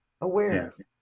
awareness